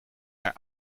hij